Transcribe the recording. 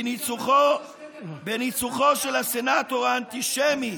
בניצוחו של הסנטור האנטישמי